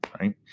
right